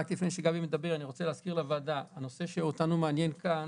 אני רוצה להזכיר לוועדה שהנושא שאותנו מעניין כאן,